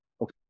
Okay